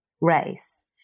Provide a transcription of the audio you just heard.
race